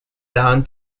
down